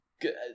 good